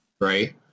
right